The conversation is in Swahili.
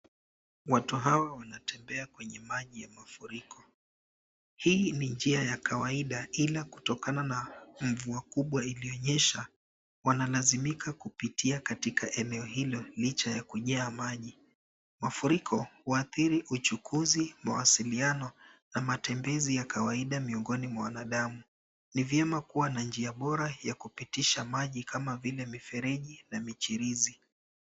Watu hawa wanatembea kwenye maji ya mafuriko, hii ni njia ya kawaida ila kutokana na mvua kubwa iliyonyesha, wanalazimika kupitia katika eneo hili licha ya kujaa maji. Mafuriko huadhiri uchukuzi, mawasiliano, na matembezi ya kawaida miongoni mwa wanadamu. Ni vyema kuwa na njia bora ya kupitisha maji kama vile mifereji na michirizi.